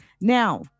Now